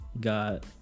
got